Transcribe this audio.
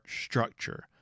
structure